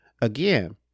again